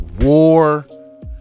war